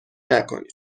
نکنید